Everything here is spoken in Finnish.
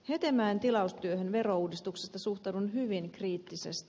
hetemäen tilaustyöhön verouudistuksesta suhtaudun hyvin kriittisesti